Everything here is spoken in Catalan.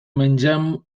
mengem